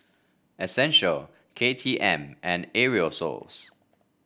Essential K T M and Aerosoles